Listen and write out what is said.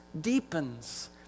deepens